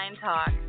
talk